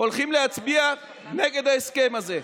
הולכים להצביע נגד ההסכם הזה.